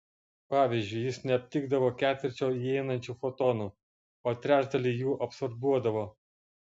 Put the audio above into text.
pavyzdžiui jis neaptikdavo ketvirčio įeinančių fotonų o trečdalį jų absorbuodavo